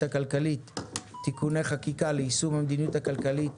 הכלכלית (תיקוני חקיקה ליישום המדיניות הכלכלית